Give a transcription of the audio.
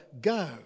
go